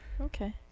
Okay